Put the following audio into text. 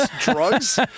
drugs